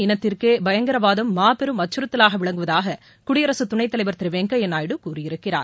இனத்திற்கே பயங்கரவாதம் மாபெரும் அச்சுறுத்தலாக விளங்குவதாக மனித குடியரசு துணைத்தலைவர் திரு வெங்கையாநாயுடு கூறியிருக்கிறார்